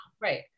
Right